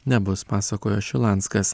nebus pasakojo šilanskas